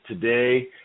today